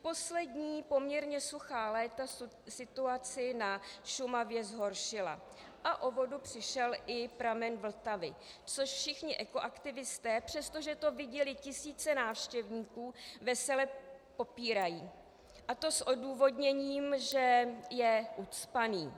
Poslední poměrně suchá léta situaci na Šumavě zhoršila a o vodu přišel i pramen Vltavy, což všichni ekoaktivisté, přestože to viděly tisíce návštěvníků, vesele popírají, a to s odůvodněním, že je ucpaný.